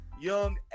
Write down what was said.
Young